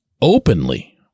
openly